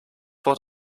what